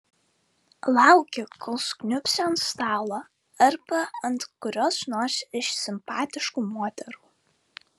lauki kol sukniubsi ant stalo arba ant kurios nors iš simpatiškų moterų